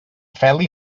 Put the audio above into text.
feli